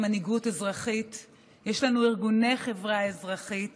אדוני היושב-ראש, במלחמה ארוכה, עיקשת,